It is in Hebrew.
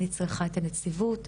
אני צריכה את הנציבות,